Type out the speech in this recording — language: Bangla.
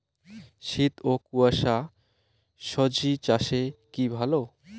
শীত ও কুয়াশা স্বজি চাষে কি ভালো?